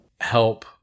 help